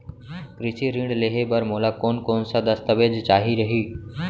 कृषि ऋण लेहे बर मोला कोन कोन स दस्तावेज चाही रही?